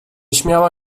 śmiała